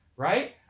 Right